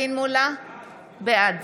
בעד